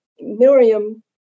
Miriam